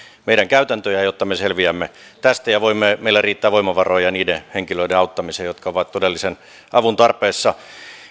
meidän käytäntöjä jotta me selviämme tästä ja meillä riittää voimavaroja niiden henkilöiden auttamiseen jotka ovat todellisen avun tarpeessa